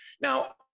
Now